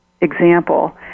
example